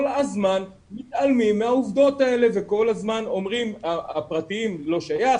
הזמן מתעלמים מהעובדות האלה וכל הזמן אומרים 'הפרטיים לא שייך,